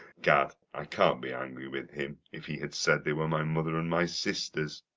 gad, i can't be angry with him, if he had said they were my mother and my sisters.